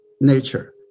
nature